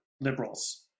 liberals